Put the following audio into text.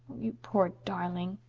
you poor darling,